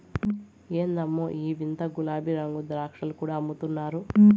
ఎందమ్మో ఈ వింత గులాబీరంగు ద్రాక్షలు కూడా అమ్ముతున్నారు